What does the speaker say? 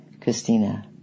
Christina